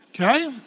okay